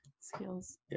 skills